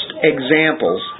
examples